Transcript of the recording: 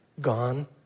gone